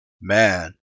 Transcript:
Man